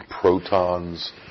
protons